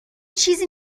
چیزی